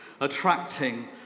attracting